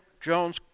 Jones